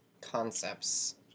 concepts